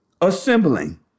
assembling